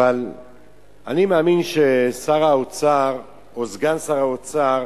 אני מאמין ששר האוצר או סגן שר האוצר